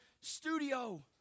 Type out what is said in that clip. studio